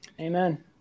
Amen